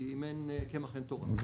כי אם אין קמח אין תורה.